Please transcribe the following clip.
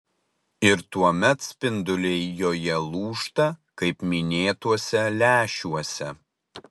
ir tuomet spinduliai joje lūžta kaip minėtuose lęšiuose